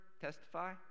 Testify